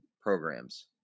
programs